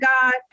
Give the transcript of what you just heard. God